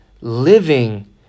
living